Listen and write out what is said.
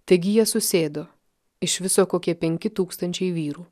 taigi jie susėdo iš viso kokie penki tūkstančiai vyrų